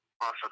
Awesome